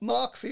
Mark